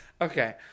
Okay